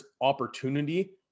opportunity